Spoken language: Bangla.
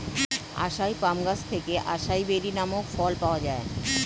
আসাই পাম গাছ থেকে আসাই বেরি নামক ফল পাওয়া যায়